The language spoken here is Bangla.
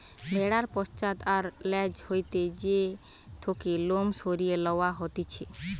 ভেড়ার পশ্চাৎ আর ল্যাজ হইতে যে থেকে লোম সরিয়ে লওয়া হতিছে